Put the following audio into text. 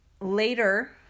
Later